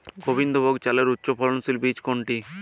গোবিন্দভোগ চালের উচ্চফলনশীল বীজ কোনটি?